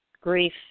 grief